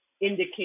indicate